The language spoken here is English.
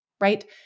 right